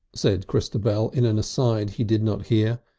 said christabel in an aside he did not hear,